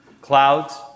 clouds